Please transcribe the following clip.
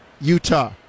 Utah